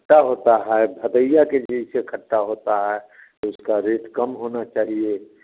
खट्टा होता है भाधैया के जैसे खट्टा होता है तो उसका रेट कम होना चाहिए